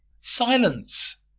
Silence